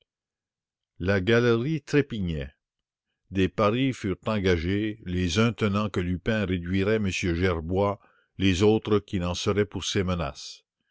la galerie trépignait de joie des paris furent engagés les uns tenant que lupin réduirait m gerbois les autres qu'il en serait pour ses menaces